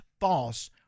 false